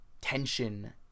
tension